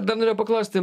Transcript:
dar norėjau paklausti